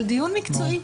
אבל דיון מקצועי,